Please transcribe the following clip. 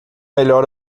melhor